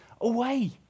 away